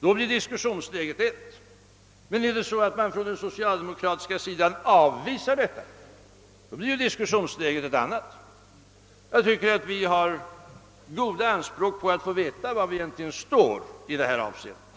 Då blir diskussionsläget ett. Men är det så att man på socialdemokratiskt håll avisar denna tanke, så blir diskussionsläget ett annat. Jag tycker att vi kan göra anspråk på att få veta var vi egentligen står i detta avseende.